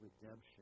redemption